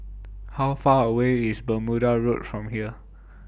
How Far away IS Bermuda Road from here